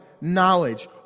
knowledge